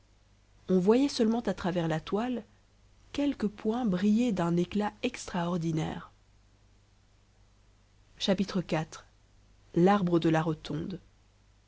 on voyait seulement à travers la toile quelques points briller d'un éclat extraordinaire iv l'arbre de la rotonde